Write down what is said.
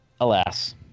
alas